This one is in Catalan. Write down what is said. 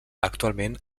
actualment